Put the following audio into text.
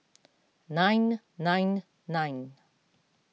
nine nine nine